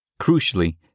Crucially